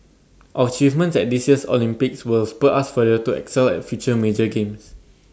our achievements at this year's Olympics will spur us further to excel at future major games